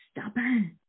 stubborn